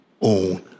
own